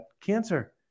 cancer